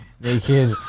Naked